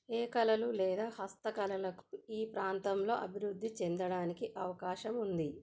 ఏ కళలు లేదా హస్తకళలకు ఈ ప్రాంతంలో అభివృద్ధి చెందడానికి అవకాశం ఉంది